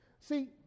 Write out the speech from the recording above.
See